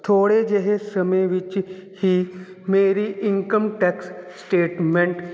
ਥੋੜ੍ਹੇ ਜਿਹੇ ਸਮੇਂ ਵਿੱਚ ਹੀ ਮੇਰੀ ਇਨਕਮ ਟੈਕਸ ਸਟੇਟਮੈਂਟ